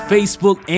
Facebook